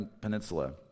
Peninsula